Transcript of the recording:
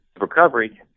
recovery